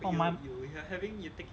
oh my